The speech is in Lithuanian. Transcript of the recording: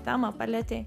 temą palietei